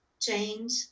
change